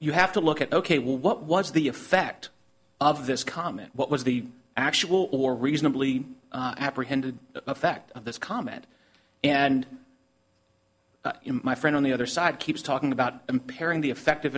you have to look at ok what was the effect of this comment what was the actual or reasonably apprehended effect of this comment and my friend on the other side keeps talking about comparing the effective